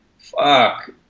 fuck